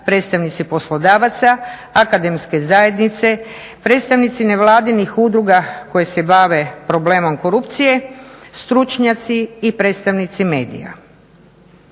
predstavnici poslodavaca, akademske zajednice, predstavnici nevladinih udruga koje se bave problemom korupcije, stručnjaci i predstavnici medija.